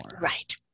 Right